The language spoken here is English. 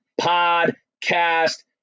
podcast